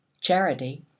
charity